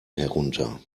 herunter